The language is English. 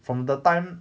from the time